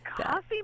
Coffee